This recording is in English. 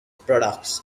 products